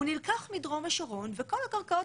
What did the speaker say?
הוא נלקח מדרום השרון וכל הקרקעות